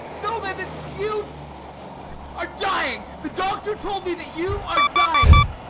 know then that you are dying! the doctor told me that you are dying.